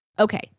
okay